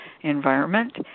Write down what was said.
environment